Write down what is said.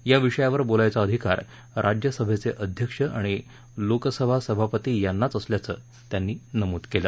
या विषयावर बोलायचा अधिकार राज्यसभेचे अध्यक्ष आणि लोकसभा सभापती यांनाच असल्याचं त्यांनी नमूद केलं